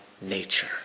nature